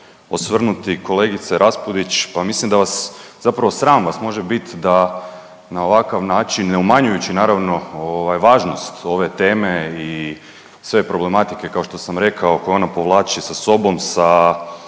osvrnuti kolegice Raspudić pa mislim da vas, zapravo sram vas može bit da na ovakav način, ne umanjujući naravno važnost ove teme i sve problematike kao što sam rekao koje ona povlači sa sobom, sa